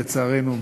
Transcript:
לצערנו,